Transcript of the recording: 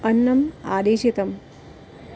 अन्नम् आदेशितम्